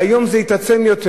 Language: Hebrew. והיום זה התעצם יותר.